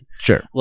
Sure